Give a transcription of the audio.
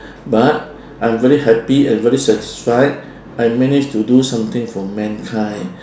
but I'm very happy and very satisfied I managed to do something for mankind